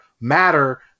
matter